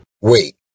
Wait